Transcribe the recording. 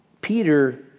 Peter